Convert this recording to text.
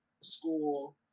school